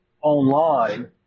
online